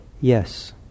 Yes